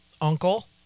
uncle